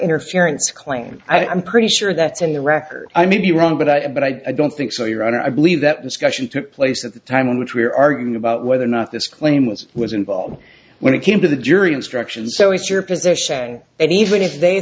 interference claim i'm pretty sure that's in the record i may be wrong but i but i don't think so your honor i believe that discussion took place at the time in which we're arguing about whether or not this claim was was involved when it came to the jury instructions so it's your position that even if they